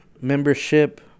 membership